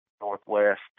northwest